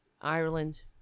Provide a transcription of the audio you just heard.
Ireland